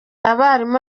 abarimu